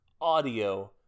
audio